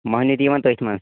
مٔہنی تہِ یِوان تٔتھۍ منٛز